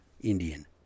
Indian